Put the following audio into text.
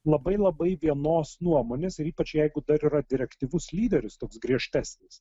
labai labai vienos nuomonės ir ypač jeigu dar yra direktyvus lyderis toks griežtesnis